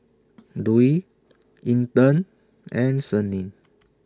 Dwi Intan and Senin